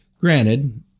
granted